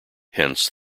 hence